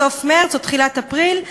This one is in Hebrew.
בסוף מרס או בתחילת אפריל,